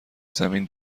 زمین